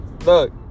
Look